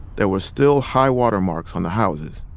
there were still high-water marks on the houses.